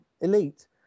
elite